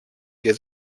και